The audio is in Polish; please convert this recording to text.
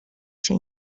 się